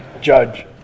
judge